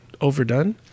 overdone